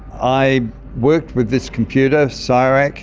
i worked with this computer, so csirac,